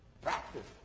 Practice